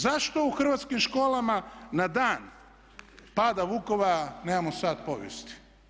Zašto u hrvatskim školama na Dan pada Vukovara nemamo sat povijesti?